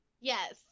Yes